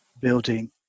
building